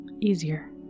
easier